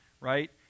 right